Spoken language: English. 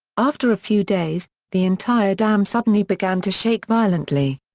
after a few days, the entire dam suddenly began to shake violently.